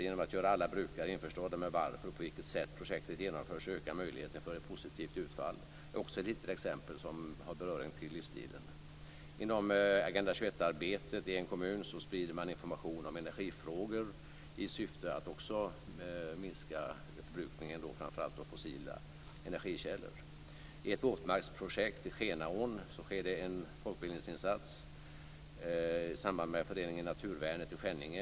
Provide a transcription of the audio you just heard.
Genom att göra alla brukare införstådda med varför och på vilket sätt projektet genomförs ökar möjligheten för ett positivt utfall. Det är också ett litet exempel som har beröring med livsstilen. Inom Agenda 21-arbetet i en kommun sprider man information om energifrågor i syfte att också minska förbrukningen från framför allt fossila energikällor. I ett våtmarksprojekt i Skenaån sker det en folkbildningsinsats i samarbete med föreningen Naturvärnet i Skänninge.